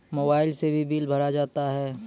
Mobile से भी bill भरा जाता हैं?